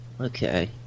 Okay